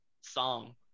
song